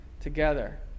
together